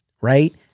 right